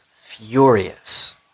furious